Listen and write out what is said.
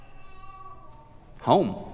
home